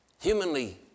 Humanly